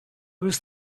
was